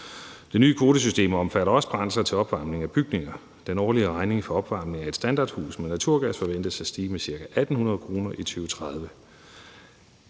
Det nye kvotesystem omfatter også brændsler til opvarmningen af bygninger, og den årlige regning for opvarmningen af et standardhus med naturgas forventes at stige med ca. 1.800 kr. i 2030.